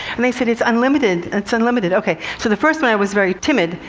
and they said, it's unlimited, it's unlimited. ok. so, the first one i was very timid,